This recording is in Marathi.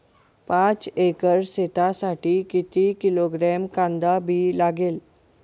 पाच एकर शेतासाठी किती किलोग्रॅम कांदा बी लागेल?